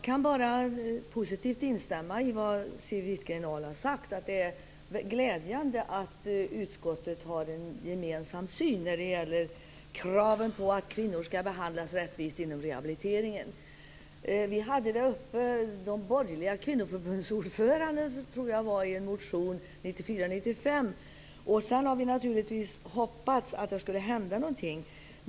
Herr talman! Jag kan bara instämma i det som Siw Wittgren-Ahl har sagt. Det är glädjande att utskottet har en gemensam syn på kravet att kvinnor skall behandlas rättvist i rehabiliteringssammanhang. De borgerliga kvinnoförbundsordförandena tog upp detta i en motion 1994/95, och vi hade naturligtvis hoppats på att det därefter skulle hända någonting.